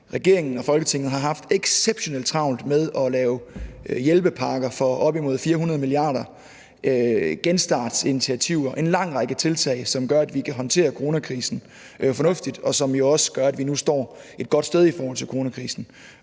regeringen og Folketinget har haft exceptionelt travlt med at lave hjælpepakker for op imod 400 mia. kr., genstartsinitiativer og en lang række tiltag, som gør, at vi kan håndtere coronakrisen fornuftigt, og som jo også gør, at vi nu står et godt sted i forhold til coronakrisen.